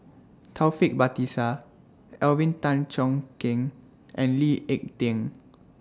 Taufik Batisah Alvin Tan Cheong Kheng and Lee Ek Tieng